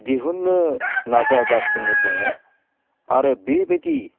दिहुननो नाजागासिनो दङ आरो बेबायदि